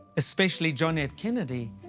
especially john f. kennedy,